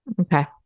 Okay